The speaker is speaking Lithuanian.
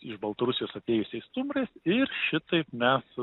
iš baltarusijos atėjusiais stumbrais ir šitaip mes